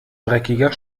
dreckiger